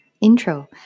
Intro